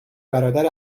برادر